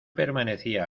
permanecía